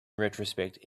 retrospect